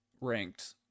ranked